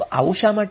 તો આવું શા માટે